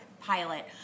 pilot